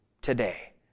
today